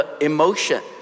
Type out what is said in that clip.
emotion